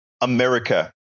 America